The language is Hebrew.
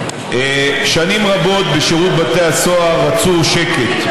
שנים רבות בשירות בתי הסוהר רצו שקט,